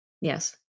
Yes